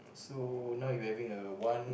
so now you having a one